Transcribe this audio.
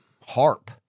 harp